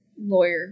lawyer